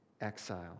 exile